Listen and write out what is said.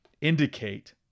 indicate